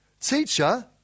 Teacher